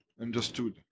Understood